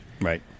Right